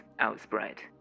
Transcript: outspread